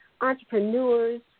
entrepreneurs